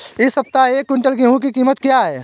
इस सप्ताह एक क्विंटल गेहूँ की कीमत क्या है?